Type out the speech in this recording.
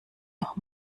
noch